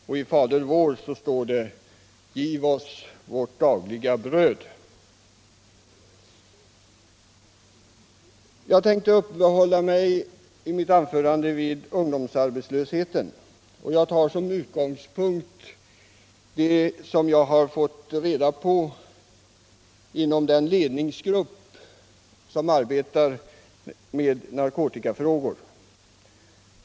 Och i bönen Fader vår står det: ” Vårt dagliga bröd giv oss i dag.” I detta mitt anförande tänker jag uppehålla mig vid ungdomsarbetslösheten. Som utgångspunkt tar jag då det som jag har fått kännedom om inom der ledningsgrupp som arbetar med narkotikafrågor.